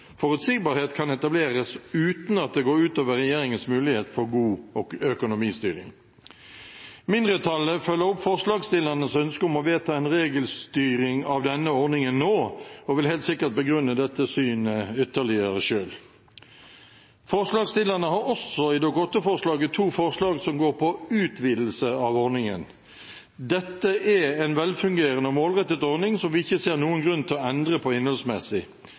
forutsigbarhet kan etableres, uten at det går ut over regjeringens mulighet for god økonomistyring. Mindretallet følger opp forslagsstillernes ønske om å vedta en regelstyring av denne ordningen nå og vil helt sikkert begrunne dette synet ytterligere selv. Forslagsstillerne har også i Dokument 8-forslaget to forslag som går på utvidelse av ordningen. Dette er en velfungerende og målrettet ordning som vi ikke ser noen grunn til å endre på innholdsmessig.